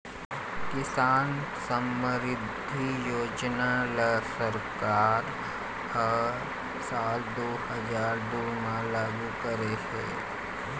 किसान समरिद्धि योजना ल सरकार ह साल दू हजार दू म लागू करे हे